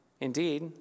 Indeed